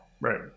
Right